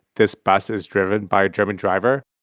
this bus is driven by a german driver.